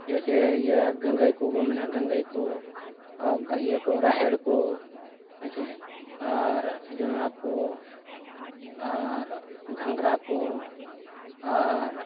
ᱡᱮᱭᱥᱮ ᱤᱭᱟᱹ ᱜᱟᱹᱝᱜᱟᱹᱭ ᱠᱚᱵᱚ ᱢᱮᱱᱟ ᱜᱟᱹᱝᱜᱟᱹᱭ ᱠᱚ ᱤᱭᱟᱹ ᱠᱚ ᱨᱟᱦᱮᱲ ᱠᱚ ᱦᱮᱸᱥᱮ ᱟᱨ ᱡᱚᱸᱰᱨᱟ ᱠᱚ ᱟᱨ ᱜᱷᱟᱝᱨᱟ ᱠᱚ ᱟᱨ